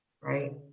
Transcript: right